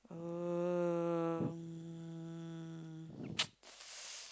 um